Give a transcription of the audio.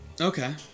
Okay